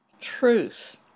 Truth